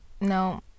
no